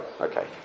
Okay